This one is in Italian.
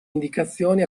indicazioni